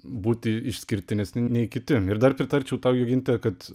būti išskirtinesni nei kiti ir dar pritarčiau tau joginte kad